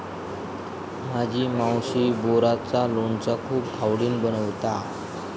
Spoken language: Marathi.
माझी मावशी बोराचा लोणचा खूप आवडीन बनवता